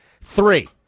Three